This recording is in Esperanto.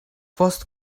post